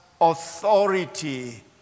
authority